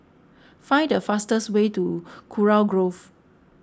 find the fastest way to Kurau Grove